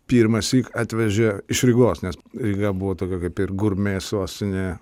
pirmąsyk atvežė iš rygos nes eiga buvo tokia kaip ir gurmė sostinė